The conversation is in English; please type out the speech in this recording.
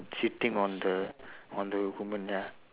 shitting on the on the woman ya